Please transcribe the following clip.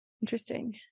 Interesting